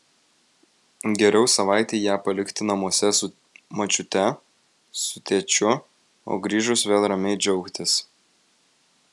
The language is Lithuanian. geriau savaitei ją palikti namuose su močiute su tėčiu o grįžus vėl ramiai džiaugtis